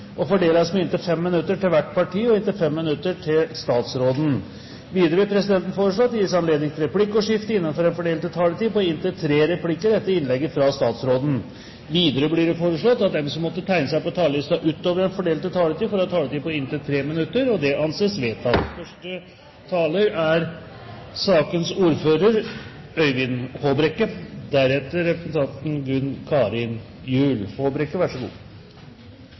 og fordeles med inntil 5 minutter til hvert parti og inntil 5 minutter til statsråden. Videre vil presidenten foreslå at det gis anledning til replikkordskifte på inntil tre replikker med svar etter innlegget fra statsråden innenfor den fordelte taletid. Videre blir det foreslått at de som måtte tegne seg på talerlisten utover den fordelte taletid, får en taletid på inntil 3 minutter. – Det anses vedtatt. Som saksordfører vil jeg gå igjennom komiteens innstilling, og jeg vil også si litt om det som Kristelig Folkeparti er